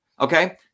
Okay